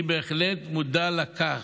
אני בהחלט מודע לכך.